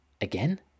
again